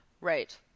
right